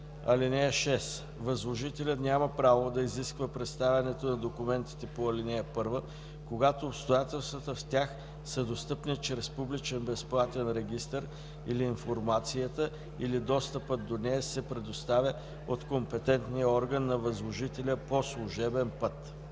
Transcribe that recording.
(6) Възложителят няма право да изисква представянето на документите по ал. 1, когато обстоятелствата в тях са достъпни чрез публичен безплатен регистър или информацията или достъпът до нея се предоставя от компетентния орган на възложителя по служебен път.”